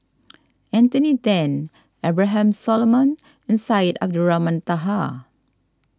Anthony then Abraham Solomon and Syed Abdulrahman Taha